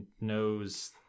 knows